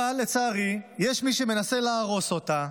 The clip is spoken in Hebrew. אבל לצערי יש מי שמנסה להרוס אותה,